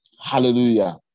Hallelujah